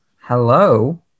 hello